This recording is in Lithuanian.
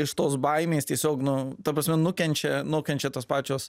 iš tos baimės tiesiog nu ta prasme nukenčia nukenčia tos pačios